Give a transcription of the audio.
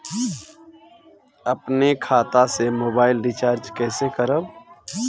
अपने खाता से मोबाइल रिचार्ज कैसे करब?